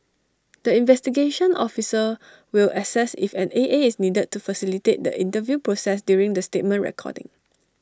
the investigation officer will assess if an A A is needed to facilitate the interview process during the statement recording